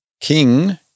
King